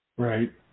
Right